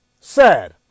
sad